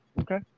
Okay